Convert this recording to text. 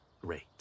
great